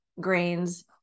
grains